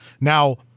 Now